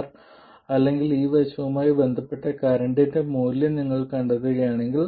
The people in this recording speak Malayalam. R അല്ലെങ്കിൽ ഈ വശവുമായി ബന്ധപ്പെട്ട കറണ്ടിന്റെ മൂല്യം നിങ്ങൾ കണ്ടെത്തുകയാണെങ്കിൽ